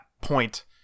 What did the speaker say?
point